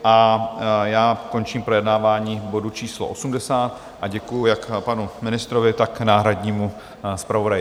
A já končím projednávání bodu číslo 80 a děkuji jak panu ministrovi, tak náhradnímu zpravodaji.